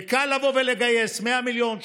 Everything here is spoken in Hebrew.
זה קל לבוא ולגייס 100 מיליון,